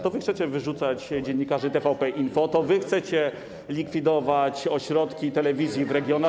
To wy chcecie wyrzucać dziennikarzy TVP Info, to wy chcecie likwidować ośrodki telewizji w regionach.